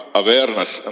awareness